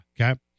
Okay